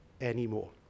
anymore